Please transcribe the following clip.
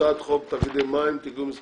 הצעת חוק תאגידי מים וביוב (תיקון מס'